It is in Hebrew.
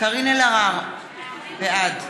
קארין אלהרר, בעד